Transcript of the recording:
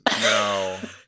No